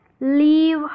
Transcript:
leave